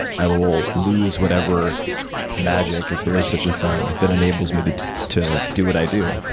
i will will lose whatever magic, if there is such a thing, that enables me to to do what i do.